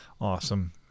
Awesome